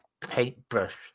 paintbrush